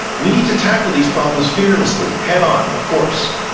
we need to tackle these problems fearlessly, head-on of course.